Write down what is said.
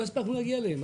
לא הספקנו להגיע אליהם.